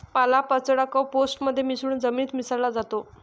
पालापाचोळा कंपोस्ट मध्ये मिसळून जमिनीत मिसळला जातो